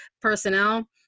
personnel